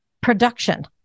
production